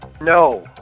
No